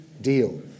deal